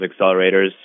accelerators